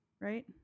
Right